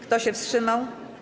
Kto się wstrzymał?